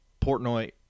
Portnoy